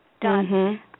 done